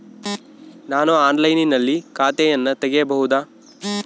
ನಾನು ಆನ್ಲೈನಿನಲ್ಲಿ ಖಾತೆಯನ್ನ ತೆಗೆಯಬಹುದಾ?